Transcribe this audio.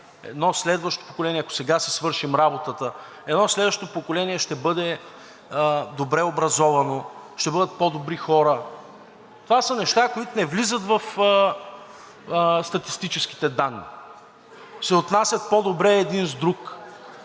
едно следващо поколение, ако сега си свършим работата, ще бъде добре образовано, ще бъдат по-добри хора. Това са неща, които не влизат в статистическите данни, ще се отнасят по-добре един с друг.